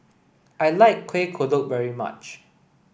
I like Kuih Kodok very much